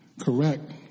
correct